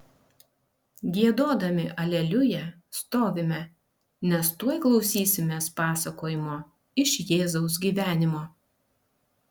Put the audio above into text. giedodami aleliuja stovime nes tuoj klausysimės pasakojimo iš jėzaus gyvenimo